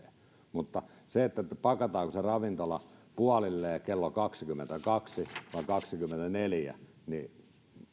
mutta pakataanko se ravintola puolilleen kello kaksikymmentäkaksi vai kaksikymmentäneljä niin